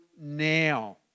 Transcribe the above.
now